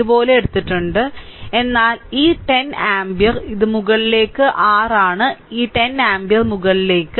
ഇതുപോലെ എടുത്തിട്ടുണ്ട് എന്നാൽ ഈ 10 ആമ്പിയർ ഇത് മുകളിലേക്ക് r ആണ് ഈ 10 ആമ്പിയർ മുകളിലേക്ക്